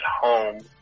home